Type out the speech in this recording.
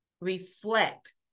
reflect